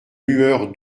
lueur